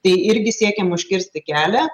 tai irgi siekiam užkirsti kelią